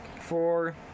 four